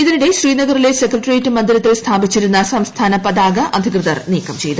ഇതിനിടെ ശ്രീനഗറിലെ സെക്രട്ടേറിയറ്റ് മന്ദിരത്തിൽ സ്ഥാപിച്ചിരുന്ന സംസ്ഥാന പതാക അധികൃതർ നീക്കം ചെയ്തു